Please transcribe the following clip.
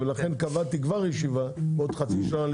ולכן כבר קבעתי ישיבה בעוד חצי שנה כדי